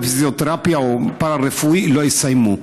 בפיזיותרפיה או בפארה-רפואי לא יסיימו.